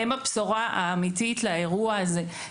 הם הבשורה האמיתית לאירוע הזה.